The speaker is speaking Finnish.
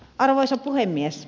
arvoisa puhemies